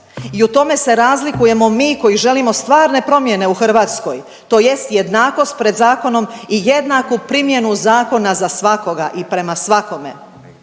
I u tome se razlikujemo mi koji želimo stvarne promjene u Hrvatskoj tj. jednakost pred zakonom i jednaku primjenu zakona za svakoga i prema svakome.